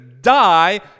die